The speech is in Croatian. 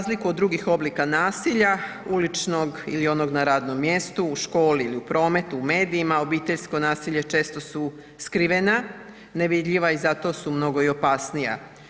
Za razliku od drugih oblika nasilja, uličnog ili onog na radnom mjestu, u školi ili u prometu, u medijima obiteljsko nasilje često su skrivena, nevidljiva i zato su mnogo i opasnija.